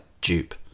dupe